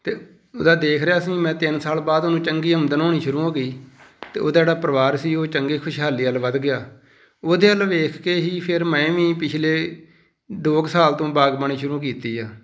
ਅਤੇ ਉਹਦਾ ਦੇਖ ਰਿਹਾ ਸੀ ਮੈਂ ਤਿੰਨ ਸਾਲ ਬਾਅਦ ਉਹਨੂੰ ਚੰਗੀ ਆਮਦਨ ਹੋਣੀ ਸ਼ੁਰੂ ਹੋ ਗਈ ਅਤੇ ਉਹਦਾ ਜਿਹੜਾ ਪਰਿਵਾਰ ਸੀ ਉਹ ਚੰਗੇ ਖੁਸ਼ਹਾਲੀ ਵੱਲ ਵੱਧ ਗਿਆ ਉਹਦੇ ਵੱਲ ਵੇਖ ਕੇ ਹੀ ਫਿਰ ਮੈਂ ਵੀ ਪਿਛਲੇ ਦੋ ਕੁ ਸਾਲ ਤੋਂ ਬਾਗਬਾਨੀ ਸ਼ੁਰੂ ਕੀਤੀ ਆ